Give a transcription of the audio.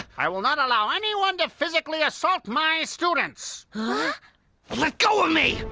i will not allow anyone to physically assault my students. ah let go of me!